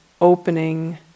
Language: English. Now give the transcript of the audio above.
opening